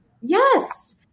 Yes